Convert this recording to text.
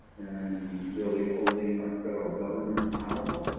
and really holding our federal government accountable.